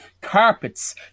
carpets